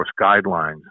guidelines